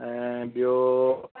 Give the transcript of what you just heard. ऐं ॿियों